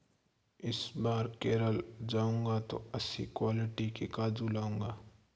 इस बार केरल जाऊंगा तो अच्छी क्वालिटी के काजू लाऊंगा